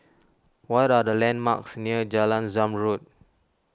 what are the landmarks near Jalan Zamrud